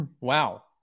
Wow